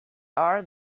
are